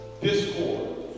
discord